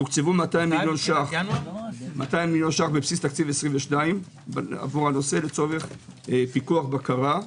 תוקצבו 200 מיליון ₪ בבסיס תקציב 22' לנושא לצורך פיקוח ובקרה.